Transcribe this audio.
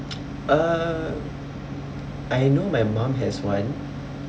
uh I know my mum has one